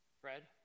Fred